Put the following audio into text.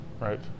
Right